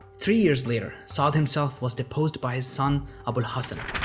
three years later, saad himself was deposed by his son abu'l hassan.